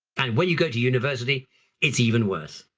and when you go to university it's even worse.